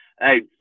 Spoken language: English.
Hey